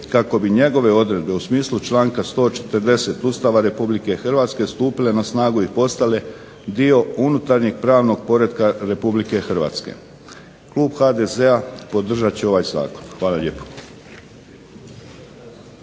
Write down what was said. kako bi njegove odredbe u smislu članka 140. Ustava RH stupile na snagu i postale dio unutarnjeg pravnog poretka RH. Klub HDZ-a podržat će ovaj zakon. Hvala lijepo.